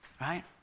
right